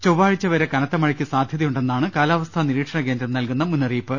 ചൊവ്വാഴ്ചവരെ കനത്ത മഴക്ക് സാധ്യതയുണ്ടെന്നാണ് കാലാവസ്ഥാ നിരീക്ഷണ കേന്ദ്രം നൽകുന്ന മുന്ന റിയിപ്പ്